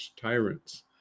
tyrants